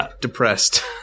depressed